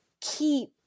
keep